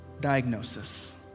diagnosis